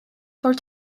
for